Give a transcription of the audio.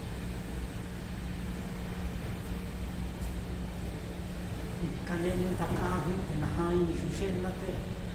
kane'eñu ndakaa á jɨ'ɨ, te najañu yuye'e naá te